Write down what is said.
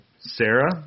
Sarah